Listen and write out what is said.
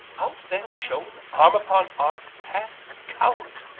out then shone arm upon arm, past count,